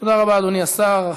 תודה רבה, אדוני השר.